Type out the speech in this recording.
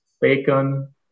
bacon